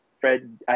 Fred